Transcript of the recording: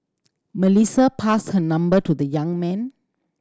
Melissa passed her number to the young man